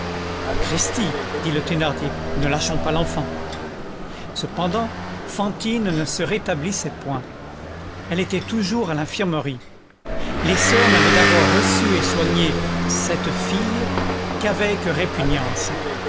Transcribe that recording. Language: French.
thénardier ne lâchons pas l'enfant cependant fantine ne se rétablissait point elle était toujours à l'infirmerie les soeurs n'avaient d'abord reçu et soigné cette fille qu'avec répugnance